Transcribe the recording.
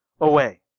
away